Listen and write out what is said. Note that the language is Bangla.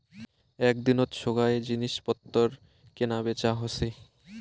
এক দিনত সোগায় জিনিস পত্তর কেনা বেচা হসে